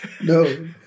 No